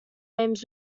names